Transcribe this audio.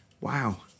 Wow